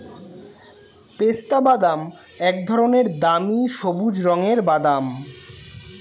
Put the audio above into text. পেস্তাবাদাম এক ধরনের দামি সবুজ রঙের বাদাম